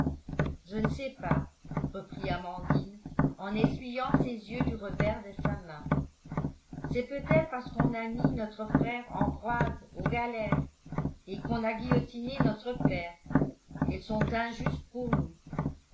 je ne sais pas reprit amandine en essuyant ses yeux du revers de sa main c'est peut-être parce qu'on a mis notre frère ambroise aux galères et qu'on a guillotiné notre père qu'elles sont injustes pour nous